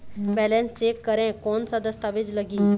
Balance check करें कोन सा दस्तावेज लगी?